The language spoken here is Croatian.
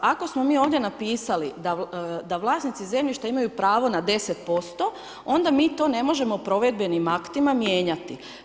Ako smo mi ovdje napisali da vlasnici zemljišta imaju pravo na 10% onda mi to ne možemo provedbenim aktima mijenjati.